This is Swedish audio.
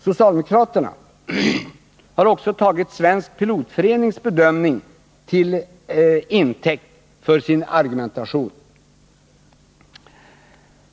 Socialdemokraterna har tagit Svensk pilotförenings bedömning till intäkt för sin argumentation.